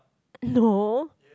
no